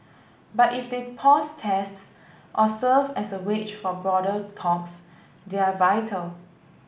but if they pause tests or serve as a wedge for broader talks they're vital